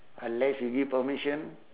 unless you give permission